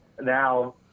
Now